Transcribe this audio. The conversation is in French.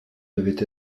devaient